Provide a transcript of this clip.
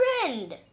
friend